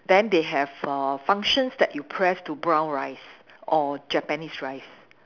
then they have err functions that you press to brown rice or Japanese rice